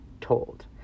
told